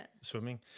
swimming